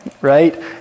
right